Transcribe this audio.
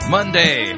Monday